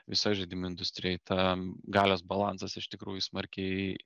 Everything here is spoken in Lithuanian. visoj žaidimų industrijoj tam galios balansas iš tikrųjų smarkiai